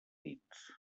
dits